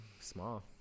Small